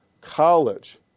college